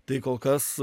tai kol kas